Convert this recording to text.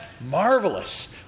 marvelous